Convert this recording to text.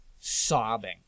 sobbing